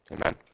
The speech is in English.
Amen